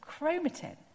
chromatin